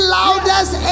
loudest